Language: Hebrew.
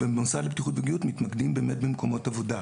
במוסד לבטיחות וגהות אנחנו מתמקדים במקומות עבודה.